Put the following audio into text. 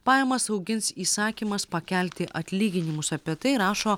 pajamas augins įsakymas pakelti atlyginimus apie tai rašo